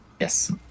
Yes